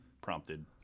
prompted